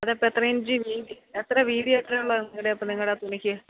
അതിപ്പോള് എത്രയിഞ്ച് വീതി എത്ര വീതി എത്രയാ ഉള്ളെ നിങ്ങടപ്പോള് നിങ്ങളുടെയാ തുണിക്ക്